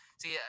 See